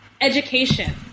education